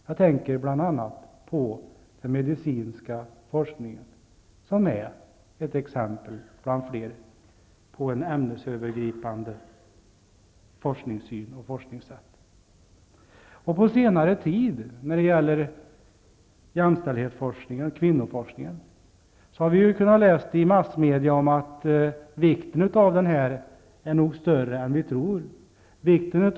Jag tänker bl.a. på den medicinska forskningen som är ett exempel bland fler på vår syn på ämnesövergripande forskning. På senare tid har vi kunnat läsa i massmedia att vikten av jämställdhetsforskning och kvinnoforskning nog är större än vi tror.